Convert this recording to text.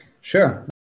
Sure